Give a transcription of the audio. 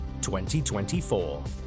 2024